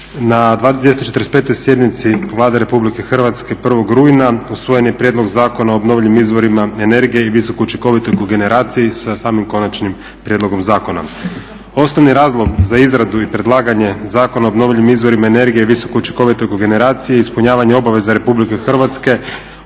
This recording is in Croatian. Na 245 sjednici Vlade RH 1.rujna usvojen je Prijedlog zakona o obnovljivim izvorima energije i visokoučinkovite kogeneraciji sa samim Konačnim prijedlogom zakona. Osnovni razlog za izradu i predlaganje Zakona o obnovljivim izvorima energije i visokoučinkovite kogeneraciji ispunjavanje obaveza RH